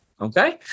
Okay